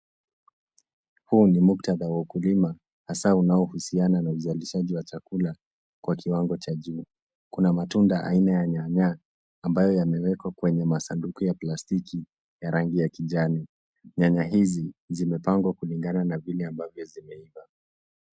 Huu ni muktadha wa ukulima hasa unaohusiana na uzalishaji wa chakula kwa kiwango cha juu. Kuna matunda aina ya nyanya ambayo yamewekwa kwenye masanduku ya plastiki ya rangi ya kijani. Nyanya hizi zimepangwa kulingana na vile ambavyo zimeiva.